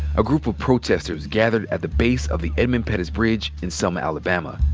a group of protesters gathered at the base of the edmund pettus bridge in selma, alabama,